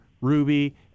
Ruby